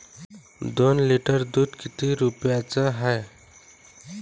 दोन लिटर दुध किती रुप्याचं हाये?